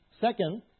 Second